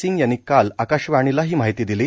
सिंग यांनी काल आकाशवाणीला ही माहिती दिली